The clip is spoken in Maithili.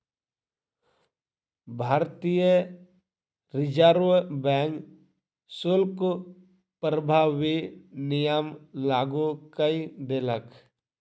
भारतीय रिज़र्व बैंक शुल्क प्रभावी नियम लागू कय देलक